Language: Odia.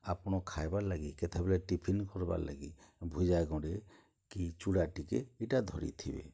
ଆପଣ ଖାଏବାର୍ ଲାଗି କେତେବେଳେ ଟିଫିନ୍ କର୍ବାର୍ ଲାଗି ଭୁଜା ଗଣ୍ଡେ କି ଚୁଡ଼ା ଟିକେ ଇଟା ଧରିଥିବେ